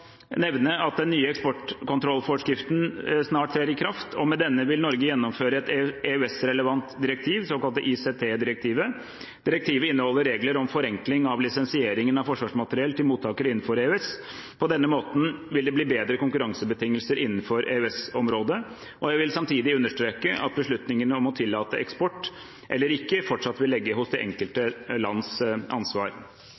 nevne at den nye eksportkontrollforskriften snart trer i kraft. Med denne vil Norge gjennomføre et EØS-relevant direktiv, det såkalte ICT-direktivet. Direktivet inneholder regler om forenkling av lisensieringen av forsvarsmateriell til mottakere innenfor EØS. På denne måten vil det bli bedre konkurransebetingelser innenfor EØS-området. Jeg vil samtidig understreke at beslutningene om å tillate eksport, eller ikke, fortsatt vil være det